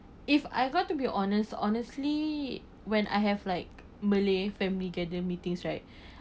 if I got to be honest honestly when I have like malay family gather meetings right